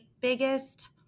biggest